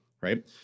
Right